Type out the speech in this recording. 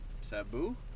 Sabu